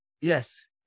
yes